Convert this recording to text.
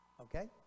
Okay